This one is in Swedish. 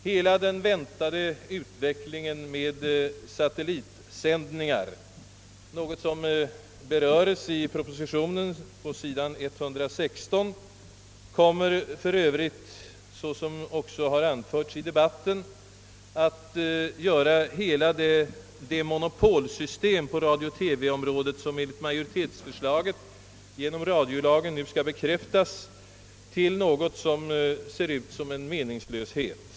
Hela den väntade utvecklingen med TV-sändningar via satellit — något som berörs på sid. 116 i propositionen — kommer för övrigt, såsom också har berörts i debatten, att göra hela det monopolsystem på radio-TV-området, som enligt majoritetens förslag genom radiolagen nu skall bekräftas, till något som ser ut som en meningslöshet.